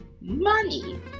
Money